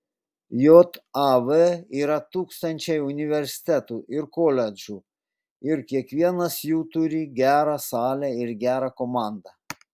jav yra tūkstančiai universitetų ir koledžų ir kiekvienas jų turi gerą salę ir gerą komandą